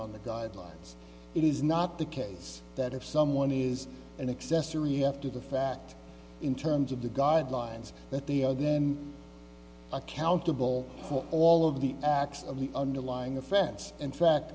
on the guidelines it is not the case that if someone is an accessory after the fact in terms of the guidelines that they are then accountable for all of the acts of the underlying offense in fact